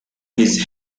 his